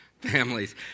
families